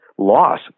Loss